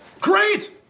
Great